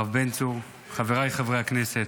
הרב בן צור, חבריי חברי הכנסת,